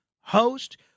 host